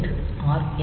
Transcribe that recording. jet R